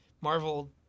Marvel